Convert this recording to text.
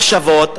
מחשבות,